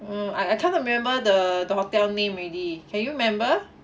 mm I I can't remember the the hotel name already can you remember